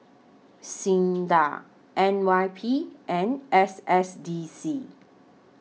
SINDA N Y P and S S D C